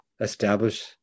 establish